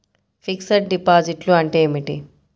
Fixed డిపాజిట్లు అంటే ఏమిటి?